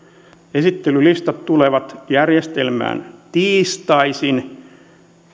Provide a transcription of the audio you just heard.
esittelylistat tulevat järjestelmään tiistaisin